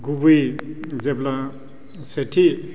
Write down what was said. गुबैयै जेब्ला सेथि